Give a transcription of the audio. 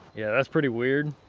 yeah, that's pretty weird.